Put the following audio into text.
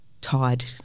tied